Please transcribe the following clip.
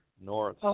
North